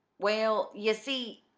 well, ye see,